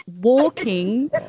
walking